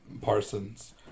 Parsons